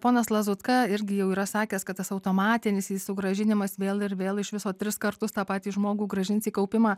ponas lazutka irgi jau yra sakęs kad tas automatinis sugrąžinimas vėl ir vėl iš viso tris kartus tą patį žmogų grąžins į kaupimą